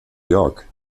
york